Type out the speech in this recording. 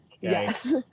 Yes